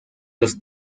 los